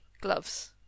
gloves